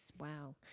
Wow